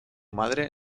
madre